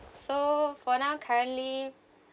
so for now currently